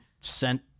sent